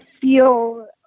feel